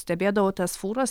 stebėdavau tas fūras